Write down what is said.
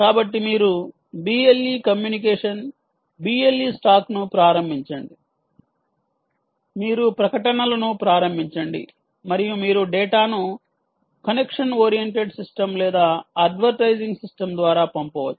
కాబట్టి మీరు BLE communication BLE స్టాక్ను ప్రారంభించండి మీరు ప్రకటనలను ప్రారంభించండి మరియు మీరు డేటాను కనెక్షన్ ఓరియెంటెడ్ సిస్టమ్ లేదా అడ్వర్టైజింగ్ సిస్టమ్ ద్వారా పంపవచ్చు